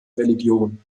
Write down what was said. religion